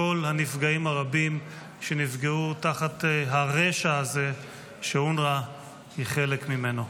הנפגעים הרבים שנפגעו תחת הרשע הזה שאונר"א היא חלק ממנו.